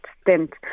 stint